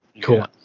cool